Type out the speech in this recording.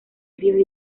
fríos